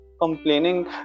complaining